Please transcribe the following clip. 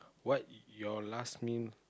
what your last meal